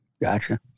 gotcha